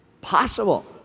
possible